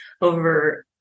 over